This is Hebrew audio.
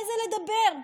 איזה לדבר?